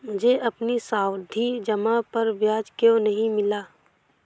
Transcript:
मुझे अपनी सावधि जमा पर ब्याज क्यो नहीं मिला?